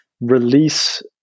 release